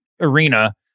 Arena